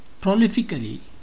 prolifically